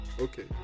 Okay